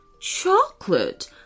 Chocolate